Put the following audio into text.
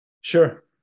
Sure